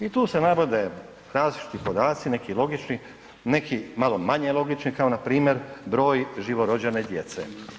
I tu se navode različiti podaci, neki logični, neki malo manje logični kao npr. broj živorođene djece.